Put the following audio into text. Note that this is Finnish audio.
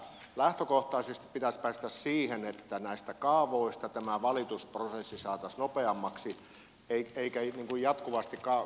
lähtökohtaisesti pitäisi päästä siihen että näistä kaavoista tämä valitusprosessi saataisiin nopeammaksi eikä jatkuvasti valiteta